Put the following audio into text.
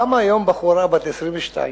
קמה היום בחורה לבנונית בת 22,